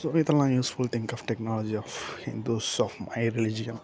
so இதெல்லாம் useful thing of technology of Hindus of my ரிலிஜியம்